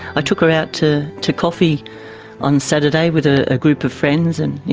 ah took her out to to coffee on saturday with a group of friends, and yeah